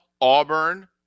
Auburn